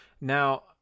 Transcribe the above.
Now